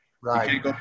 Right